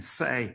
say